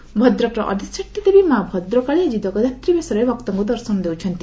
ଭଦ୍ରକାଳୀ ଭଦ୍ରକର ଅଧିଷାତ୍ରୀ ଦେବୀ ମାଆ ଭଦ୍ରକାଳୀ ଆଜି ଜଗଦ୍ଧାତ୍ରୀ ବେଶରେ ଭକ୍ତଙ୍କୁ ଦର୍ଶନ ଦେଉଛନ୍ତି